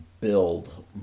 build